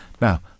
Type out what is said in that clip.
Now